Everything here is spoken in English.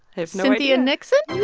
have. cynthia nixon.